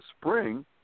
spring